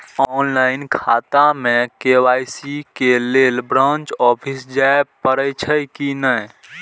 Online खाता में KYC के लेल ब्रांच ऑफिस जाय परेछै कि नहिं?